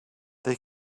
they